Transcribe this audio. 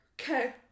Okay